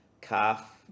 calf